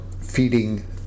feeding